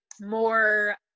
more